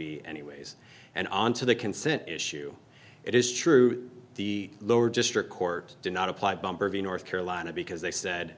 b anyways and on to the consent issue it is true the lower district court did not apply bumper v north carolina because they said